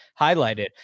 highlighted